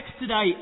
today